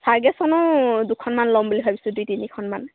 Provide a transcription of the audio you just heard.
চাৰ্গেছনো দুখনমান ল'ম বুলি ভাবিছোঁ দুই তিনিখনমান